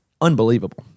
unbelievable